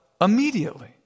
immediately